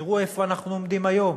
תראו איפה אנחנו עומדים היום,